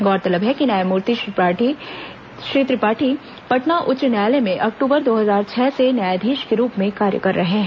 गौरतलब है कि न्यायमूर्ति श्री त्रिपाठी पटना उच्च न्यायालय में अक्टूबर दो हजार छह से न्यायाधीश के रूप में कार्य कर रहे हैं